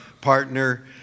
partner